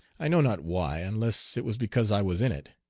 i know not why, unless it was because i was in it.